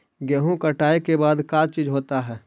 गेहूं कटाई के बाद का चीज होता है?